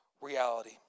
reality